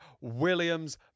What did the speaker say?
williams